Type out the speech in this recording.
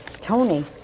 tony